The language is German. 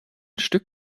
stück